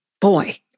Boy